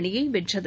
அணியை வென்றது